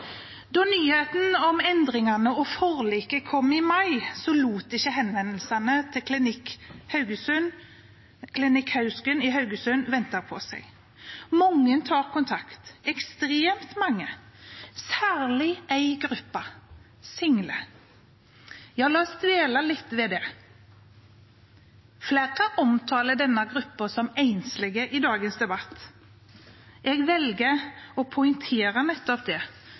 Da nyheten om endringene og forliket kom i mai, lot ikke henvendelsene til Klinikk Hausken i Haugesund vente på seg. Mange tar kontakt – ekstremt mange – særlig én gruppe: single. La oss dvele litt ved det. Flertallet omtaler i dagens debatt denne gruppen som enslige. Jeg velger å poengtere nettopp det,